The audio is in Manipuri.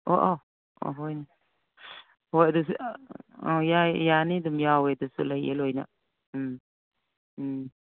ꯑꯣ ꯑꯣ ꯍꯣꯏꯅꯦ ꯍꯣꯏ ꯑꯗꯨꯁꯨ ꯌꯥꯏ ꯌꯥꯅꯤ ꯑꯗꯨꯝ ꯌꯥꯎꯋꯦ ꯑꯗꯨꯁꯨ ꯂꯣꯏꯅ ꯎꯝ ꯎꯝ